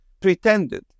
Pretended